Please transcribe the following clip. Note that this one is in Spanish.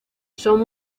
son